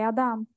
Adam